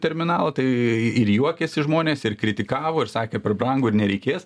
terminalą tai ir juokiasi žmonės ir kritikavo ir sakė per brangu ir nereikės